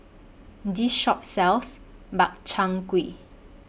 This Shop sells Makchang Gui